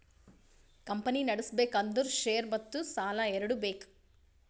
company ನಡುಸ್ಬೆಕ್ ಅಂದುರ್ share ಮತ್ತ ಸಾಲಾ ಎರಡು ಬೇಕ್